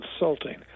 insulting